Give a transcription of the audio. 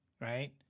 right